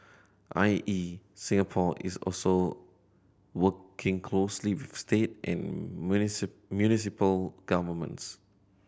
I E Singapore is also working closely with state and municipal governments